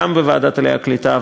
גם בוועדת העלייה והקליטה,